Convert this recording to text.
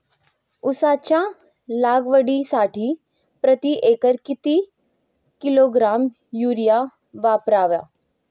उसाच्या लागवडीसाठी प्रति एकर किती किलोग्रॅम युरिया वापरावा?